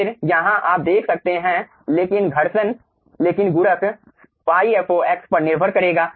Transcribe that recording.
फिर यहां आप देख सकते हैं लेकिन घर्षण लेकिन गुणक ϕ fo x पर निर्भर करेगा